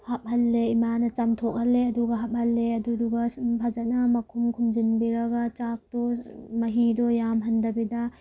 ꯍꯥꯞꯍꯜꯂꯦ ꯏꯃꯥꯅ ꯆꯥꯝꯊꯣꯛꯍꯜꯂꯦ ꯑꯗꯨꯒ ꯍꯥꯞꯍꯜꯂꯦ ꯑꯗꯨꯗꯨꯒ ꯁꯨꯝ ꯐꯖꯅ ꯃꯈꯨꯝ ꯈꯨꯝꯖꯤꯟꯕꯤꯔꯒ ꯆꯥꯛꯇꯣ ꯃꯍꯤꯗꯣ ꯌꯥꯝꯍꯟꯗꯕꯤꯗ